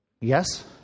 Yes